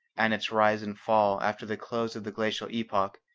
and its rise and fall after the close of the glacial epoch,